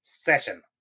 session